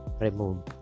remove